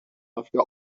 after